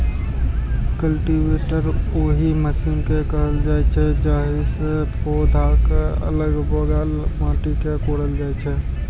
cultivator ओहि machine कें कहल जाइ छै, जाहि सं पौधाक अलग बगल माटि कें कोड़ल जाइ छै